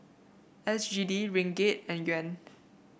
S G D Ringgit and Yuan